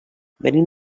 venim